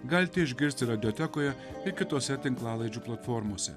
galite išgirsti radiotekoje ir kitose tinklalaidžių platformose